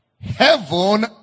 heaven